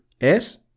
es